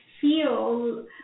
feel